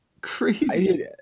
crazy